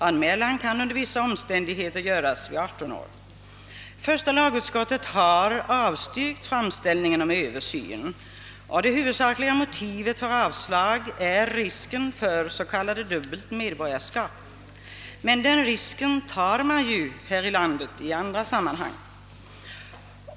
Anmälan kan under vissa omständigheter göras vid 18 år. Första lagutskottet har avstyrkt framställningen om översyn. Det huvudsakliga motivet för avslag är risken för s.k. dubbelt medborgarskap. Men den risken tar man här i landet i andra sammanhang.